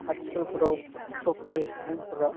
आथिखालफोराव सरकारि सुबुंफोरा